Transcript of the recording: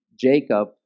Jacob